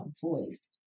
voice